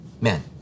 men